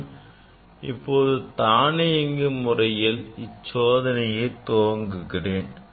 நான் இப்போது தானியங்கி முறையில் இச்சோதனையை துவக்குகிறேன்